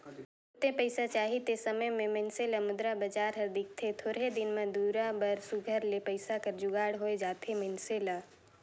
तुरते पइसा चाही ते समे में मइनसे ल मुद्रा बजार हर दिखथे थोरहें दिन दुरा बर सुग्घर ले पइसा कर जुगाड़ होए जाथे मइनसे ल